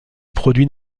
produit